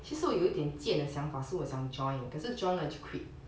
其实我有一点间的想法是我想 join 可是 join 了就 quit